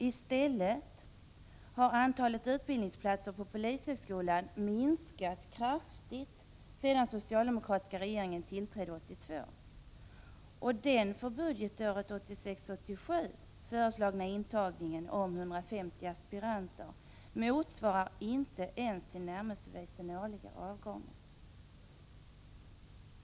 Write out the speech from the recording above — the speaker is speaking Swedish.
I stället har antalet utbildningsplatser på polishögskolan minskat kraftigt sedan den socialdemokratiska regeringen tillträdde 1982. Den för budgetåret 1986/87 föreslagna intagningen av 150 aspiranter motsvarar inte ens tillnärmelsevis den årliga avgången.